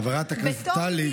חברת הכנסת טלי,